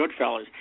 Goodfellas